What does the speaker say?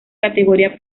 categoría